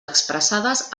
expressades